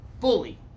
fully